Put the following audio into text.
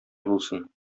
булсын